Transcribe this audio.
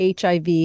HIV